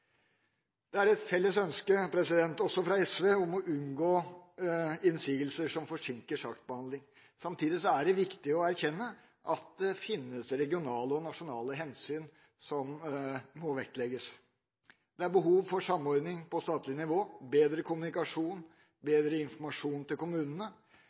Det er et felles ønske også fra SV om å unngå innsigelser som forsinker saksbehandling. Samtidig er det viktig å erkjenne at det finnes regionale og nasjonale hensyn som må vektlegges. Det er behov for samordning på statlig nivå – bedre kommunikasjon, bedre informasjon til kommunene